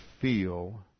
feel